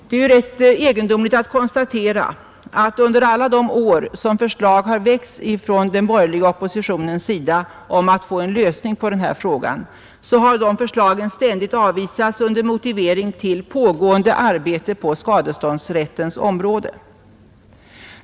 Det är rätt egendomligt att konstatera att under alla de år, som förslag har väckts av den borgerliga oppositionen om att få en lösning på den här frågan, har förslagen ständigt avvisats under hänvisning till pågående arbete på skadeståndsrättens område.